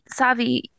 Savi